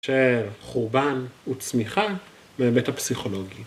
‫של חורבן וצמיחה בהיבט הפסיכולוגי.